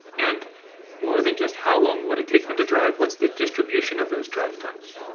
and more than just how long would it take them to drive? what's the distribution of those drive times?